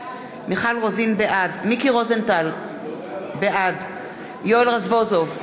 בעד מיקי רוזנטל, בעד יואל רזבוזוב,